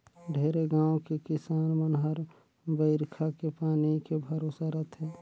ढेरे गाँव के किसान मन हर बईरखा के पानी के भरोसा रथे